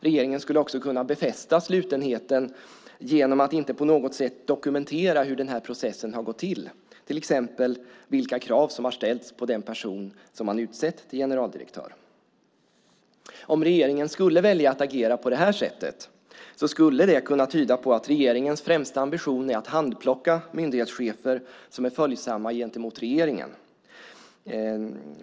Regeringen skulle också kunna befästa slutenheten genom att låta bli att dokumentera hur processen har gått till, till exempel vilka krav som har ställts på den person som man har utsett till generaldirektör. Om regeringen skulle välja att agera på det sättet skulle det kunna tyda på att regeringens främsta ambition är att handplocka myndighetschefer som är följsamma gentemot regeringen.